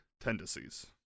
tendencies